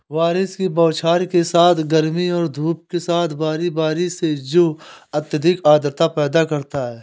बारिश की बौछारों के साथ गर्मी और धूप के साथ बारी बारी से जो अत्यधिक आर्द्रता पैदा करता है